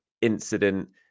incident